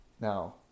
Now